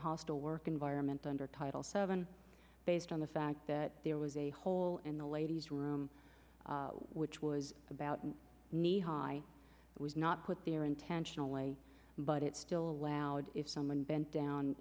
hostile work environment under title seven based on the fact that there was a hole in the ladies room which was about a need high that was not put there intentionally but it still allowed someone bent down